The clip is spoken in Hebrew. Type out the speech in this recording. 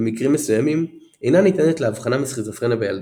במקרים מסוימים אינה ניתנת להבחנה מסכיזופרניה בילדות.